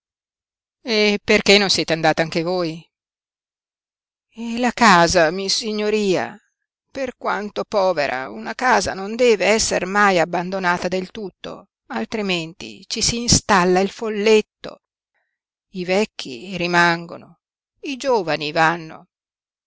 e perché non siete andata anche voi e la casa missignoria per quanto povera una casa non deve esser mai abbandonata del tutto altrimenti ci si installa il folletto i vecchi rimangono i giovani vanno